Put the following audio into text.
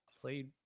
played